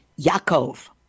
Yaakov